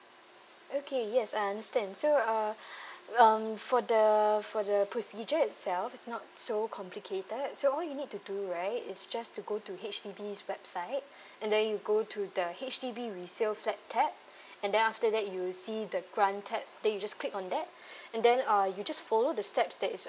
okay yes I understand so uh um for the for the procedure itself it's not so complicated so all you need to do right is just to go to H_D_B's website and then you go to the H_D_B resale flat tab and then after that you see the grant tab then you just click on that and then uh you just follow the steps that is